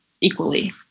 equally